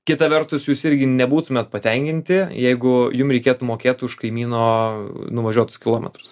kita vertus jūs irgi nebūtumėt patenkinti jeigu jum reikėtų mokėt už kaimyno nuvažiuotus kilometrus